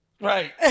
Right